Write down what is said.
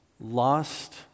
lost